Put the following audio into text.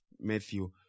Matthew